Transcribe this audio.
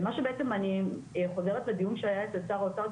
ומה שבעצם אני חוזרת לדיון שהיה אצל שר האוצר,